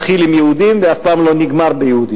שזה תמיד מתחיל עם יהודים ואף לא נגמר ביהודים.